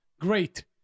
great